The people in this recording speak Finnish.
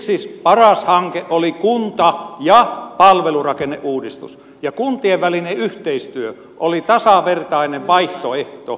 siksi paras hanke oli kunta ja palvelurakenneuudistus ja kuntien välinen yhteistyö oli tasavertainen vaihtoehto